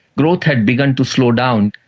growth had begun to slow down.